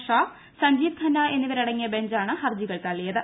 ഷാ സഞ്ജീവ് ഖന്ന എന്നിവരടങ്ങിയ ബഞ്ചാണ് ഹർജികൾ തള്ളിയത്